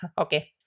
Okay